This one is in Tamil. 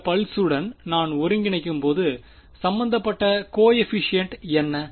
இந்த பல்சுடன் நான் ஒருங்கிணைக்கும்போது சம்பந்தப்பட்ட கோயபிஷியன்ட் என்ன